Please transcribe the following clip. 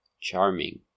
Charming